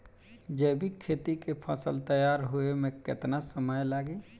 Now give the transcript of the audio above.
जैविक खेती के फसल तैयार होए मे केतना समय लागी?